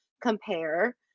compare